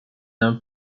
non